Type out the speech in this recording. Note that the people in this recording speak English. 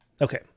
Okay